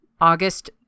August